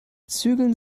zügeln